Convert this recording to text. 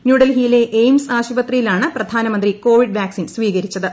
ന്യൂഡൽഹിയിലെ എയിംസ് ആശുപത്രിയിലാണ് പ്രധാനമന്ത്രി കോവിഡ് വാക്സിൻ സ്വീകരിച്ചത്